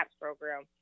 program